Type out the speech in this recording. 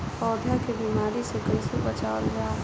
पौधा के बीमारी से कइसे बचावल जा?